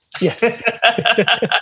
Yes